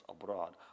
abroad